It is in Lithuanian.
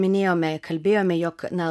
minėjome kalbėjome jog na